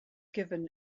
given